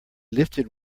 lifted